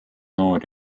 noor